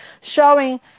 showing